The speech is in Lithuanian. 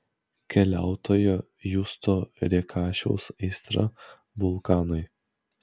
keliautojo justo rėkašiaus aistra vulkanai